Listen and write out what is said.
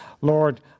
Lord